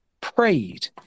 prayed